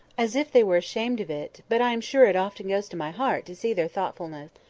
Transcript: as if they were ashamed of it but i am sure it often goes to my heart to see their thoughtfulness.